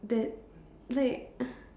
that like